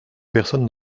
personne